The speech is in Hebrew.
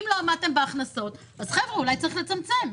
אם לא עמדתם בהכנסות אז אולי צריך לצמצם.